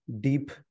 deep